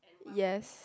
yes